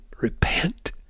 repent